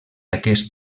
aquest